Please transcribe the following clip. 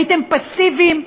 הייתם פסיביים,